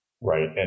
right